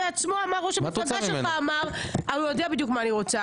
הוא יודע בדיוק מה אני רוצה.